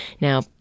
Now